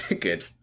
Good